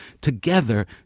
together